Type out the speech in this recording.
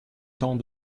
temps